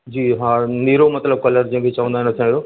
जी हा नीरो मतलबु कलर जंहिंखे चवंदा आहिनि असांजो